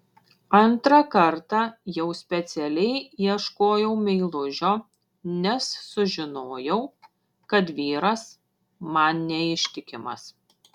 antrą kartą jau specialiai ieškojau meilužio nes sužinojau kad vyras man neištikimas